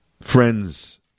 Friends